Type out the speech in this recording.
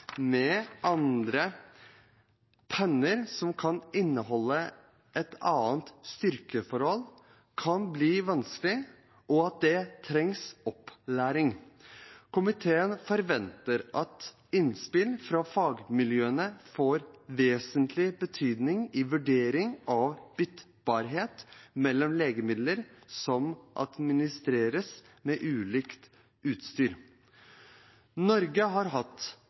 med andre penner som kan inneholde et annet styrkeforhold, kan bli vanskelig, og at det trengs opplæring. Komiteen forventer at innspill fra fagmiljøene får vesentlig betydning i vurderingen av byttbarhet mellom legemidler som administreres med ulikt utstyr. Norge har hatt